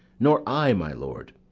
nor i, my lord.